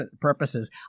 purposes